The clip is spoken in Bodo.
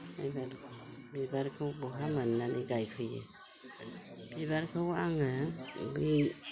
बिबार बिबारखौ बहा मोननानै गायफैयो बिबारखौ आङो बै